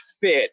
fit